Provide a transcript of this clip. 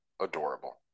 adorable